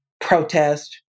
protest